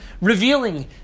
revealing